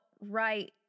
right